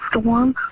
Storm